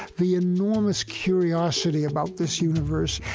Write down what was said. the enormous curiosity about this universe,